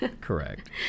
correct